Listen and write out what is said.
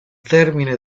termine